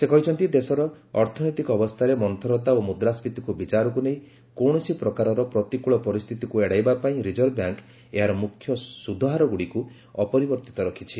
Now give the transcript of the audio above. ସେ କହିଛନ୍ତି ଦେଶର ଅର୍ଥନୈତିକ ଅବସ୍ଥାରେ ମନ୍ଥରତା ଓ ମୁଦ୍ରାସ୍କୀତିକୁ ବିଚାରକୁ ନେଇ କୌଣସି ପ୍ରକାରର ପ୍ରତିକୃଳ ପରିସ୍ଥିତିକୁ ଏଡ଼ାଇବା ପାଇଁ ରିଜର୍ଭ ବ୍ୟାଙ୍କ ଏହାର ମୁଖ୍ୟ ସୁଧହାରଗୁଡ଼ିକୁ ଅପରିବର୍ତ୍ତିତ ରଖିଛି